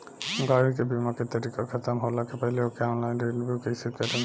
गाड़ी के बीमा के तारीक ख़तम होला के पहिले ओके ऑनलाइन रिन्यू कईसे करेम?